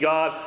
God